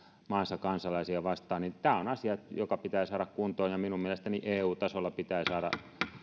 maansa kansalaisia vastaan tämä on asia joka pitää saada kuntoon ja minun mielestäni eu tasolla pitää saada